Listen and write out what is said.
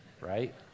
right